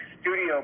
studio